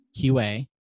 QA